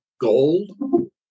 gold